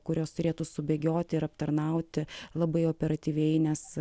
kurios turėtų subėgioti ir aptarnauti labai operatyviai nes